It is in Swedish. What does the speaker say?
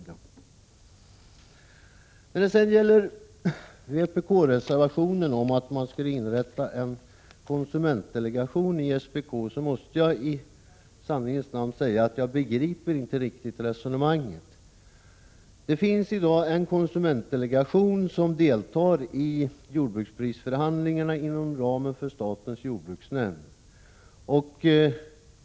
Då det gäller vpk-reservationen om att det skulle inrättas en konsumentdelegation inom SPK måste jag i sanningens namn säga att jag inte riktigt begriper resonemanget. Det finns i dag en konsumentdelegation som deltar i jordbruksprisförhandlingarna inom ramen för statens jordbruksnämnds verksamhet.